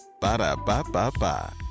Ba-da-ba-ba-ba